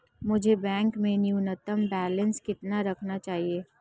मुझे बैंक में न्यूनतम बैलेंस कितना रखना चाहिए?